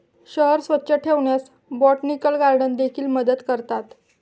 शहर स्वच्छ ठेवण्यास बोटॅनिकल गार्डन देखील मदत करतात